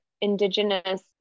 Indigenous